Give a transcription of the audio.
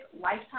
lifetime